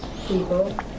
people